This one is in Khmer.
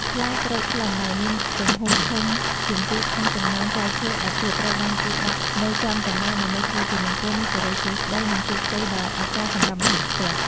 ផ្លែក្រូចថ្លុងដែលមានទំហំធំជាងគេក្នុងចំណោមផ្លែឈើឯទៀតត្រូវបានគេដាក់នៅចំកណ្ដាលដើម្បីធ្វើជាបង្គោលនៃសិរីសួស្តី និង ជោគជ័យដ៏អស្ចារ្យសម្រាប់ម្ចាស់ផ្ទះ។